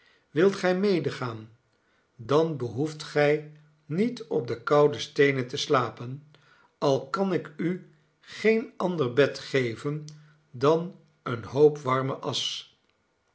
wilt gij medegaan dan behoeft gij niet op de koude steenen te slapen al kan ik u geen ander bed geven dan een hoop warme asch